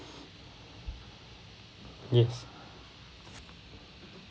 yes